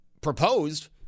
proposed